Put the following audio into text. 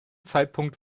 zeitpunkt